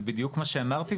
זה בדיוק מה שאמרתי,